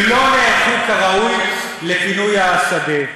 שלא נערכו כראוי לפינוי השדה.